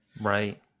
Right